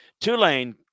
Tulane